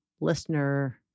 listener